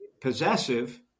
possessive